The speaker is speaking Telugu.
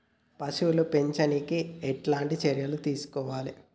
పశువుల్ని పెంచనీకి ఎట్లాంటి చర్యలు తీసుకోవాలే?